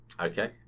okay